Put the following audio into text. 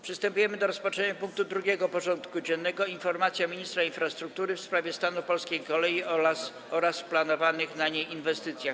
Przystępujemy do rozpatrzenia punktu 2. porządku dziennego: Informacja ministra infrastruktury w sprawie stanu polskiej kolei oraz planowanych na niej inwestycji.